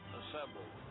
assembled